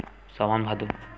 सावन भादो